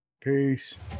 Peace